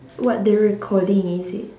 what the recording is it